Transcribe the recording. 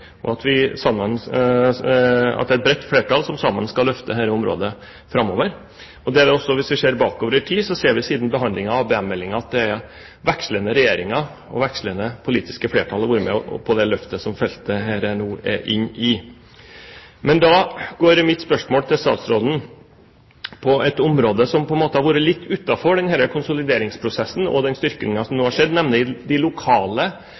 og at det er et bredt flertall som sammen skal løfte dette området framover. Og hvis vi ser bakover i tid, ser vi at siden behandlingen av ABM-meldingen har vekslende regjeringer og vekslende politiske flertall vært med på det løftet som dette feltet nå er inne i. Men da går mitt spørsmål til statsråden på et område som på en måte har vært litt utenfor den konsolideringsprosessen og den styrkingen som nå har skjedd, nemlig de lokale